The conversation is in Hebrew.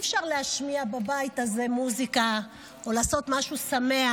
אי-אפשר להשמיע בבית הזה מוזיקה או לעשות משהו שמח,